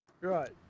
right